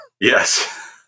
Yes